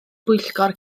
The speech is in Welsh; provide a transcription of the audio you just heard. bwyllgor